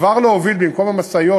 במקום המשאיות,